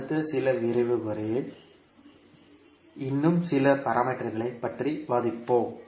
அடுத்த சில விரிவுரைகளில் இன்னும் சில பாராமீட்டர்களை பற்றி விவாதிப்போம்